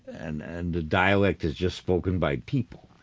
and and a dialect is just spoken by people.